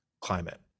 climate